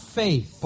faith